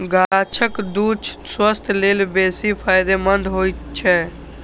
गाछक दूछ स्वास्थ्य लेल बेसी फायदेमंद होइ छै